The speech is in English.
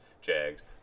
Jags